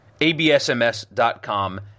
absms.com